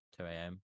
2AM